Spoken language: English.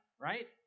right